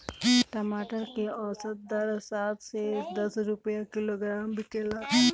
टमाटर के औसत दर सात से दस रुपया किलोग्राम बिकला?